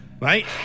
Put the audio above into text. Right